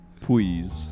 Please